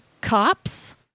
cops